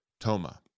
Toma